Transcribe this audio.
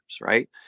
right